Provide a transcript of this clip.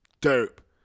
dope